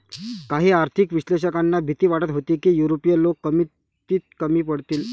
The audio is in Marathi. काही आर्थिक विश्लेषकांना भीती वाटत होती की युरोपीय लोक किमतीत कमी पडतील